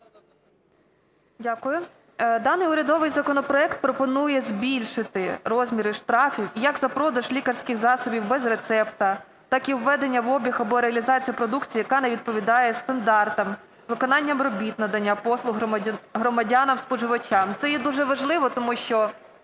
Дякую. Даний урядовий законопроект пропонує збільшити розміри штрафів як за продаж лікарських засобів без рецепту, так і введення в обіг або реалізацію продукції, яка не відповідає стандартам, виконанням робіт надання послуг громадянам-споживачам. Це є дуже важливо, тому що